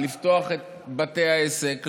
לפתוח את בתי העסק,